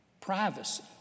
Privacy